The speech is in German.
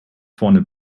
vorne